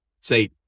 say